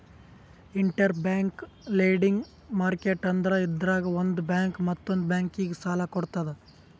interbank lending market ಅಂದ್ರ ಇದ್ರಾಗ್ ಒಂದ್ ಬ್ಯಾಂಕ್ ಮತ್ತೊಂದ್ ಬ್ಯಾಂಕಿಗ್ ಸಾಲ ಕೊಡ್ತದ್